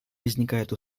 возникают